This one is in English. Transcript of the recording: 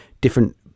different